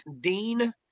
dean